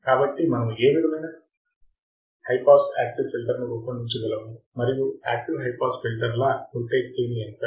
కాబట్టి మనము ఏ విధమైన హై పాస్ యాక్టివ్ ఫిల్టర్ను రూపొందించగలము మరియు యాక్టివ్ హై పాస్ ఫిల్టర్ల వోల్టేజ్ గెయిన్ ఎంత